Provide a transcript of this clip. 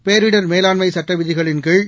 பேரிடர் மேலாண்மை சட்ட விதிகளின் கீழ்